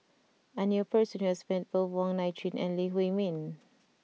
I knew a person who has met both Wong Nai Chin and Lee Huei Min